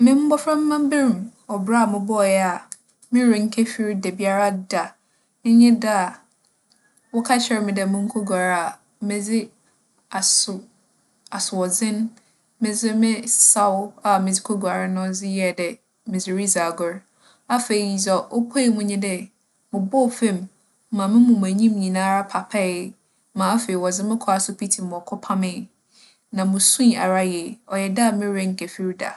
Me mboframbaber mu ͻbra a mobͻe a mo werɛ nnkefir dabiara da nye da a wͻkaa kyerɛɛ me dɛ monkoguar a medze aso - asoͻdzen, medze me saw a medze koguar no dze yɛɛ dɛ medze ridzi agor. Afei dza opuee mu nye dɛ, mobͻͻ famu ma mo moma enyim nyinara paapae ma afei wͻdze me kͻr asopitsi ma wͻkͻpamee, na musui ara yie. ͻyɛ da mo werɛ nnkefir ara da.